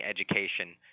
education